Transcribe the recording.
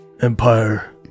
Empire